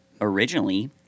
originally